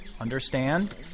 Understand